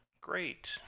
great